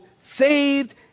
saved